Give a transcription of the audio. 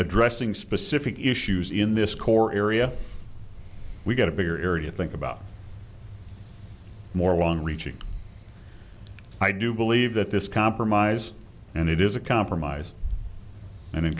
addressing specific issues in this core area we've got a bigger area think about more long richard i do believe that this compromise and it is a compromise